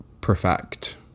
perfect